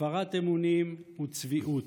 הפרת אמונים וצביעות.